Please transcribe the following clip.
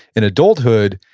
in adulthood,